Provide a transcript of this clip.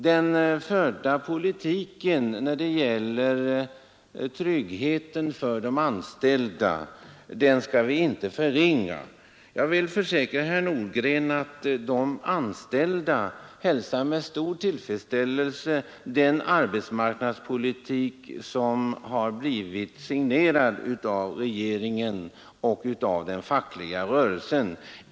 Den förda politiken när det gäller tryggheten för de anställda skall vi inte förringa. Jag vill försäkra herr Nordgren att de anställda hälsar med stor tillfredsställelse den arbetsmarknadspolitik som har blivit signerad av regeringen och av den fackliga rörelsen.